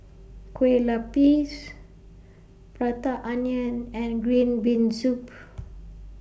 Kue Lupis Prata Onion and Green Bean Soup